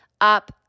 Up